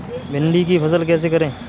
भिंडी की फसल कैसे करें?